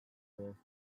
lower